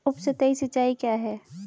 उपसतही सिंचाई क्या है?